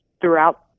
throughout